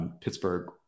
Pittsburgh